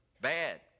bad